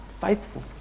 faithful